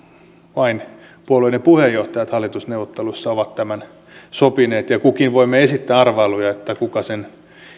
vain puolueiden puheenjohtajat hallitusneuvotteluissa ovat tämän sopineet ja kukin voi esittää arvailuja kuka sen